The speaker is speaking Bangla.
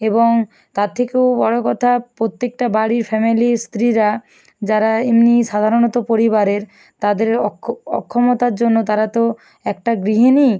এবং তার থেকেও বড় কথা প্রত্যেকটা বাড়ির ফ্যামিলির স্ত্রীরা যারা এমনি সাধারণত পরিবারের তাদের অক্ষমতার জন্য তারা তো একটা গৃহিণী